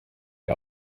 ihr